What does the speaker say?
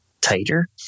tighter